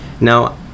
now